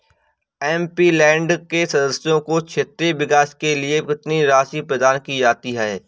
MP land के सदस्यों को क्षेत्रीय विकास के लिए कितनी राशि प्रदान की जाती है?